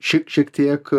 šie šiek tiek